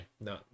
no